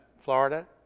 Florida